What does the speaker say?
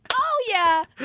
oh yeah!